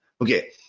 Okay